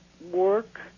work